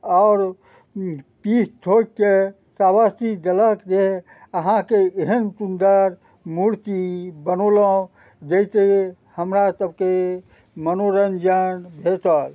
आओर पीठ ठोकके सावसी देलक जे अहाँके एहेन सुन्दर मूर्ति बनेलहुॅं जाहिसँ हमरा सभके मनोरञ्जन भेटल